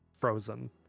frozen